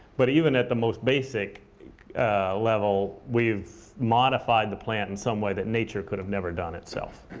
but even at the most basic level, we've modified the plant in some way that nature could have never done itself.